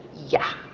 yeah